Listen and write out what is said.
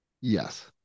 Yes